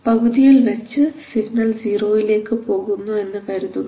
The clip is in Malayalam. പകുതിയിൽ വെച്ച് സിഗ്നൽ 0 യിലേക്ക് പോകുന്നു എന്ന് കരുതുക